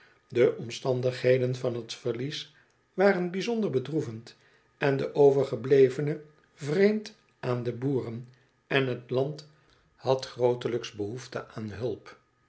de omstandigheden van t verlies waren bijzonder bedroevend en de overgeblevene vreemd aan de boeren en t land had grootelijks behoefte aan hulp